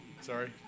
Sorry